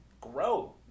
grow